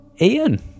Ian